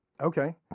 okay